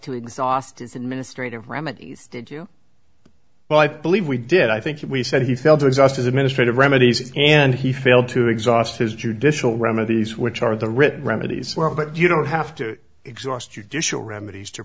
to exhaust is administrative remedies did you well i believe we did i think we said he felt exhausted administrative remedies and he failed to exhaust his judicial remedies which are the written remedies but you don't have to exhaust your dish or remedies to